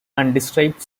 undescribed